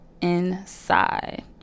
inside